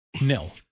No